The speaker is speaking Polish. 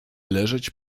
leżeć